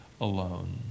alone